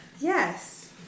Yes